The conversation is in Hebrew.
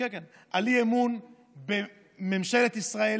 האי-אמון שלי נועד לדבר על אי-אמון בממשלת ישראל